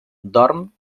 dorm